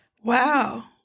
Wow